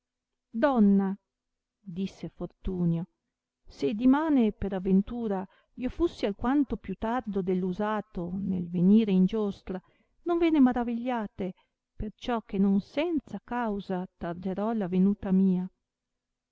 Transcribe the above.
donna disse fortunio se dimane per aventura io fussi alquanto più tardo dell usato nel venire in giostra non ve ne maravigliate perciò che non senza causa tarderò la venuta mia